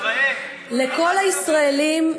לכל הישראלים,